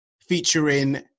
featuring